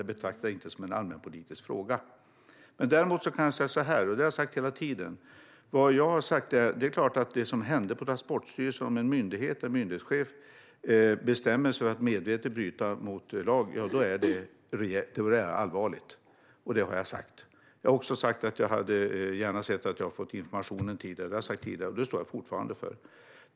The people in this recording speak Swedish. Jag betraktar det inte som en allmänpolitisk fråga. Jag kan dock säga så här, vilket jag också har sagt hela tiden: Det är klart att det som hände på Transportstyrelsen, där en myndighetschef bestämde sig för att medvetet bryta mot lagen, är allvarligt. Jag har också sagt att jag gärna hade sett att jag hade fått informationen tidigare. Det står jag fast vid.